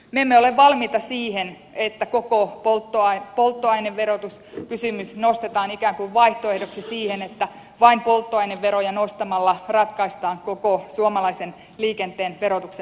me emme ole valmiita siihen että koko polttoaineverotuskysymys nostetaan ikään kuin vaihtoehdoksi siihen että vain polttoaineveroja nostamalla ratkaistaan koko suomalaisen liikenteen verotuksen ongelmat